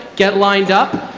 get lined up.